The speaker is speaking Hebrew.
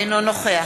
אינו נוכח